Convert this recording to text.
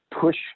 push